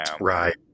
Right